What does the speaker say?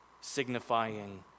signifying